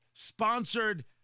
sponsored